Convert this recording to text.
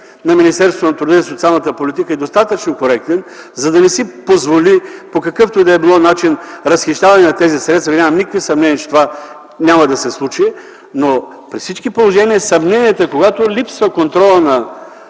на Министерството на труда и социалната политика е достатъчно коректен, за да не си позволи по какъвто и да било начин разхищаване на тези средства. Нямам никакви съмнения, че това няма да се случи, но при всички положения съмненията, когато липсва контролът на